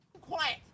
Quiet